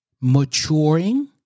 maturing